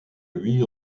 lui